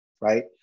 right